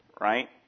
right